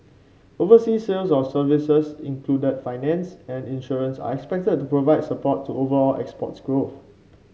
overseas sales of services include finance and insurance are expected to provide support to overall exports growth